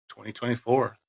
2024